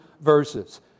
verses